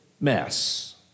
mess